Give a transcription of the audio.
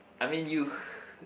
I mean you